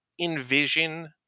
envision